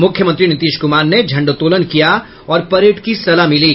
मुख्यमंत्री नीतीश कुमार ने झंडोत्तोलन किया और परेड की सलामी ली